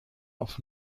auf